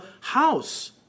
house